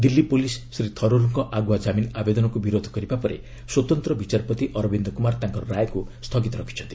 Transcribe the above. Delhi police Shri ଥରୁର୍ଙ୍କ ଆଗୁଆ ଜାମିନ ଆବେଦନକୁ ବିରୋଧ କରିବା ପରେ ସ୍ୱତନ୍ତ୍ର ବିଚାରପତି ଅରବିନ୍ଦ କୁମାର ତାଙ୍କର ରାୟକୁ ସ୍ଥଗିତ ରଖିଛନ୍ତି